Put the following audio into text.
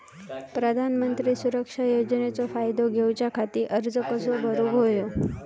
प्रधानमंत्री सुरक्षा योजनेचो फायदो घेऊच्या खाती अर्ज कसो भरुक होयो?